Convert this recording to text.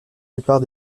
plupart